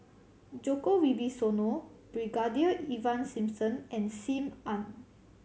Djoko Wibisono Brigadier Ivan Simson and Sim Ann